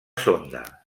sonda